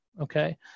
okay